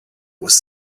was